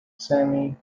sammy